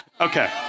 Okay